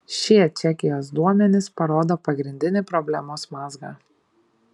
šie čekijos duomenys parodo pagrindinį problemos mazgą